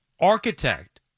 architect